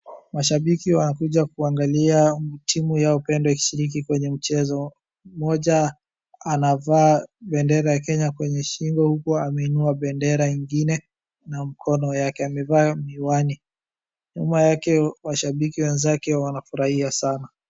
mashabiki wamekuja kuangalia timu yako mpendwa ikishiriki kwenye mchezo mmoja anavaa bendera ya kenya kwenye shingo huku ameinua bendera ingine na mkono yake ,amevaa miwani nyuma yake mashabiki wenzake wanafurahia sana